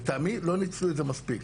לטעמי לא ניצלו את זה מספיק.